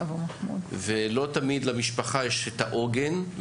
ולא תמיד למשפחה יש העוגן.